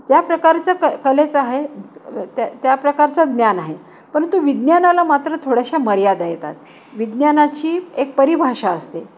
ज्या प्रकारचं क कलेचं आहे त्या त्या प्र्रकारचं ज्ञान आहे परंतु विज्ञानाला मात्र थोड्याशा मर्यादा येतात विज्ञानाची एक परिभाषा असते